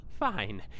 Fine